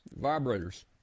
vibrators